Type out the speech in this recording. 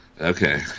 Okay